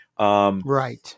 Right